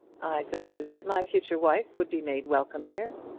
i suppose that my future wife would be made welcome here?